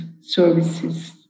services